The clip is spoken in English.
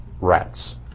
rats